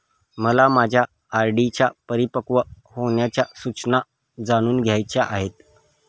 मला माझ्या आर.डी च्या परिपक्व होण्याच्या सूचना जाणून घ्यायच्या आहेत